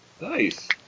Nice